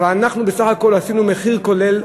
אבל אנחנו בסך הכול עשינו מחיר כולל,